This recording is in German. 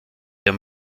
der